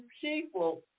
people